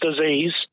disease